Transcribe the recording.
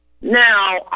Now